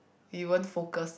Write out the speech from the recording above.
we weren't focus